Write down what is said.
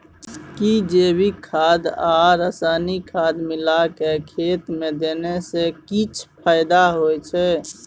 कि जैविक खाद आ रसायनिक खाद मिलाके खेत मे देने से किछ फायदा होय छै?